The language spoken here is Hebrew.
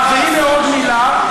והינה עוד מילה,